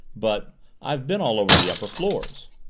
but i've been all over the upper floors.